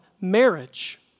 marriage